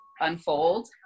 unfold